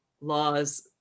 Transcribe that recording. laws